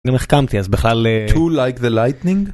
גם החכמתי אז בכלל